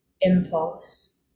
impulse